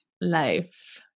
life